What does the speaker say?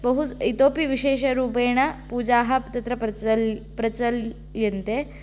बहु इतोपि विशेषरूपेण पूजाः तत्र प्रचल् प्रचल्यन्ते